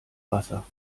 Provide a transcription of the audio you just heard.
wasser